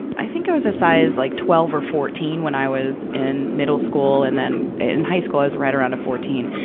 i think i was a size like twelve or fourteen when i was in middle school. and then in high school i was right around a fourteen.